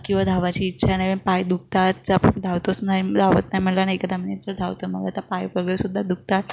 किंवा धावायची इच्छा नाही मग पाय दुखतात आपण धावतोच नाही धावत नाही म्हटलं आणि एखादा महिन्यात जर धावतो म्हटलं आता पाय वगैरे सुद्धा दुखतात